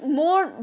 more